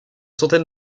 centaine